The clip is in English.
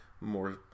more